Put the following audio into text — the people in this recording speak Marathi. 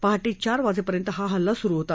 पहाो चार वाजेपर्यंत हा हल्ला सुरु होता